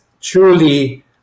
truly